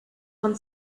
man